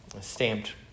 stamped